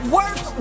work